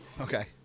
Okay